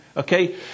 Okay